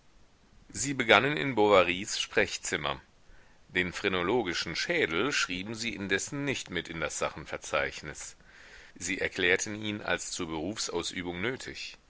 sie begannen in bovarys sprechzimmer den phrenologischen schädel schrieben sie indessen nicht mit in das sachenverzeichnis sie erklärten ihn als zur berufsausübung nötig